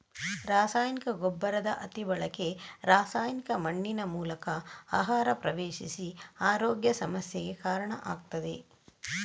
ರಾಸಾಯನಿಕ ಗೊಬ್ಬರದ ಅತಿ ಬಳಕೆ ರಾಸಾಯನಿಕ ಮಣ್ಣಿನ ಮೂಲಕ ಆಹಾರ ಪ್ರವೇಶಿಸಿ ಆರೋಗ್ಯ ಸಮಸ್ಯೆಗೆ ಕಾರಣ ಆಗ್ತದೆ